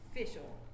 official